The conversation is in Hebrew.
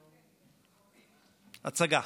הצגה,